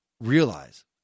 realize